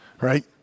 right